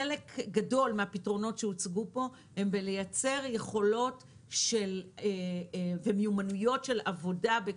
חלק גדול מהפתרונות שהוצגו פה הם בלייצר יכולות ומיומנויות של עבודה.